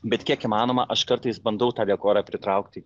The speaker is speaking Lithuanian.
bet kiek įmanoma aš kartais bandau tą dekorą pritraukti